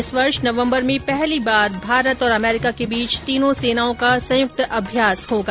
इस वर्ष नवम्बर में पहली बार भारत और अमरीका की बीच तीनों सेनाओं का संयुक्त अभ्यास होगा